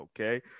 Okay